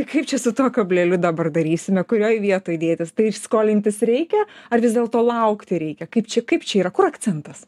kaip čia su tuo kableliu dabar darysime kurioj vietoj dėtis tai skolintis reikia ar vis dėlto laukti reikia kaip čia kaip čia yra kur akcentas